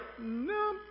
no